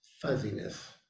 fuzziness